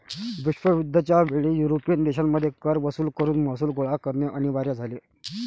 विश्वयुद्ध च्या वेळी युरोपियन देशांमध्ये कर वसूल करून महसूल गोळा करणे अनिवार्य झाले